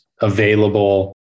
available